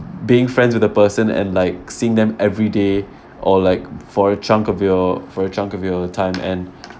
being friends with the person and like seeing them every day or like for a chunk of your for a chunk of your time and